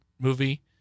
movie